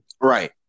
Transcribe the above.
right